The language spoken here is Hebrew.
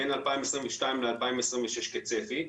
בין 2022 ל-2026 כצפי.